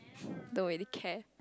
don't really care